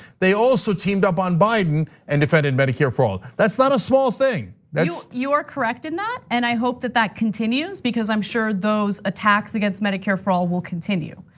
they also teamed up on biden and defended medicare for all. that's not a small thing, that's you are correct in that, and i hope that that continues, because i'm sure those attacks against medicare for all will continue.